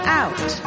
out